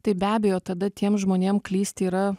tai be abejo tada tiem žmonėm klysti yra